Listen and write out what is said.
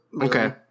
Okay